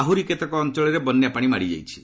ଆହ୍ରରି କେତେକ ଅଞ୍ଚଳରେ ବନ୍ୟା ପାଣି ମାଡ଼ି ଯାଇଛି